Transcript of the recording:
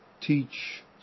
teach